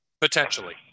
Potentially